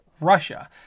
Russia